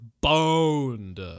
boned